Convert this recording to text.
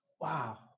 Wow